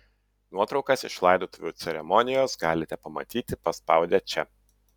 nuotraukas iš laidotuvių ceremonijos galite pamatyti paspaudę čia